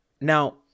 Now